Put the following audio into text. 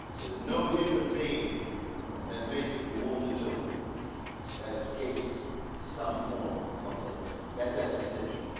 there's no human being that makes it from womb to tomb that escapes some form of those. that's existential.